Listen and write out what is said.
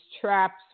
traps